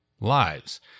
lives